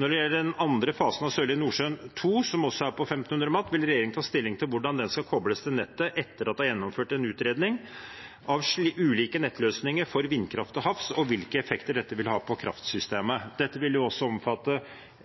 Når det gjelder den andre fasen av Sørlige Nordsjø II, som også er på 1 500 MW, vil regjeringen ta stilling til hvordan den skal kobles til nettet etter at det er gjennomført en utredning av ulike nettløsninger for vindkraft til havs og hvilke effekter dette vil ha på kraftsystemet. Dette vil også